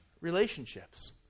relationships